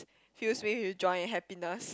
fills me with joy and happiness